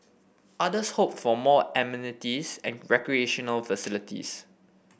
others hoped for more amenities and recreational facilities